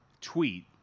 tweet